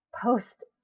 post